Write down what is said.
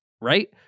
right